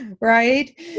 Right